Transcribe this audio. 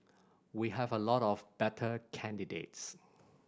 we have a lot of better candidates